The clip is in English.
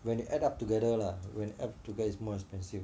when you add up together lah when add together is more expensive